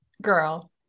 girl